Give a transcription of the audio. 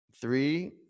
three